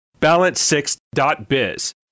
Balance6.biz